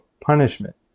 punishment